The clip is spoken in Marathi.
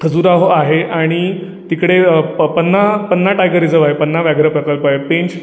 खजुराहो आहे आणि तिकडे पपन्ना पन्ना टायगर रिझर्व आहे पन्ना व्याघ्रप्रकल्प आहे पेंच